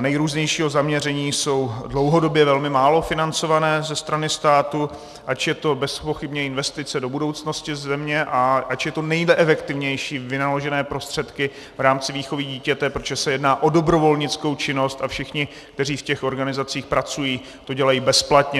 nejrůznějšího zaměření jsou dlouhodobě velmi málo financované ze strany státu, ač je to bezpochybně investice do budoucnosti země a ač jsou to nejefektivněji vynaložené prostředky v rámci výchovy dítěte, protože se jedná o dobrovolnickou činnost a všichni, kteří v těch organizacích pracují, to dělají bezplatně.